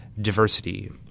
diversity